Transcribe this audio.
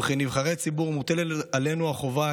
וכנבחרי ציבור מוטלת עלינו החובה